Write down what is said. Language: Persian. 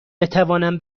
بتوانم